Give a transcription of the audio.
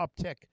uptick